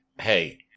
hey